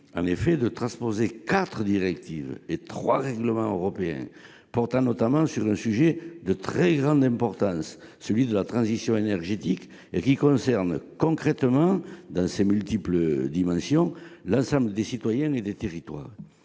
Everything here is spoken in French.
en effet de transposer quatre directives et trois règlements européens, portant notamment sur un sujet de grande importance, celui de la transition énergétique, qui concerne concrètement, dans ses multiples dimensions, l'ensemble des citoyens et des territoires.